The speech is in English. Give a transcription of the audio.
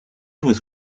was